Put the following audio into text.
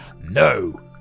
no